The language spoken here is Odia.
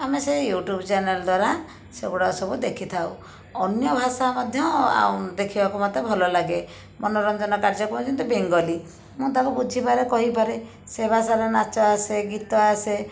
ଆମେ ସେଇ ୟୁଟ୍ୟୁବ ଚ୍ୟାନେଲ ଦ୍ଵାରା ସେଗୁଡ଼ା ସବୁ ଦେଖିଥାଉ ଅନ୍ୟ ଭାଷା ମଧ୍ୟ ଆଉ ଦେଖିବାକୁ ମୋତେ ଭଲ ଲାଗେ ମନରଞ୍ଜନ କାର୍ଯ୍ୟକ୍ରମ ଯେମିତି ବେଙ୍ଗଲୀ ମୁଁ ତାକୁ ବୁଝିପାରେ କହିପାରେ ସେ ଭଷାର ନାଚ ଆସେ ଗୀତ ଆସେ